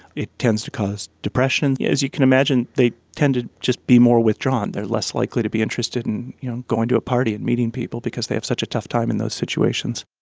it tends to cause depression. yeah as you can imagine, they tend to just be more withdrawn. they are less likely to be interested in going to a party, and meeting people, because they have such a tough time in those situations.